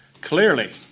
Clearly